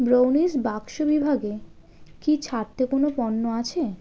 brownies বাক্স বিভাগে কি ছাড়েতে কোনো পণ্য আছে